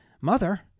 Mother